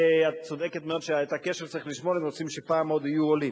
ואת צודקת מאוד שאת הקשר צריך לשמור אם רוצים שפעם יהיו עוד עולים.